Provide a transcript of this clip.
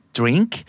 drink